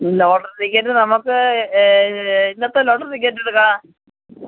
lottery ticket നമുക്ക് ഇന്നത്തെ lottery ticket എടുക്കാം